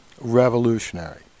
revolutionary